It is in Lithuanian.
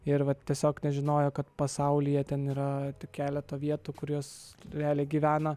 ir vat tiesiog nežinojo kad pasaulyje ten yra tik keleta vietų kur jos realiai gyvena